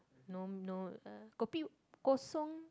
no no uh kopi Kosong